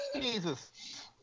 Jesus